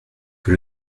que